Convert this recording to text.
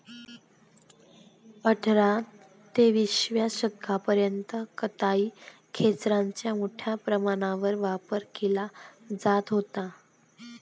अठराव्या ते विसाव्या शतकापर्यंत कताई खेचराचा मोठ्या प्रमाणावर वापर केला जात होता